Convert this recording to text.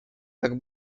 tak